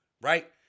right